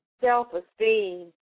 self-esteem